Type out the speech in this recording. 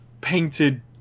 painted